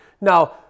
now